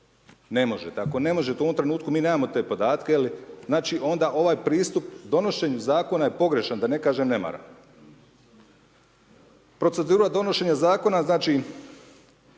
Ne može tako, ne može to u ovom trenutku, mi nemamo te podatke, znači onda ovaj pristup donošenju zakona je pogrešan, da ne kažem nemaran. Procedura donošenja zakona, znači